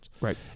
Right